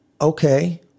Okay